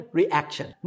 reaction